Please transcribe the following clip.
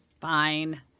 Fine